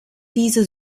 diese